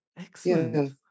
Excellent